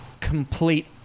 complete